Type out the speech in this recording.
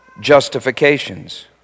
justifications